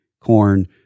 corn